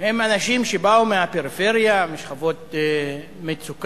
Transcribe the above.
הם אנשים שבאו מהפריפריה, משכבות מצוקה,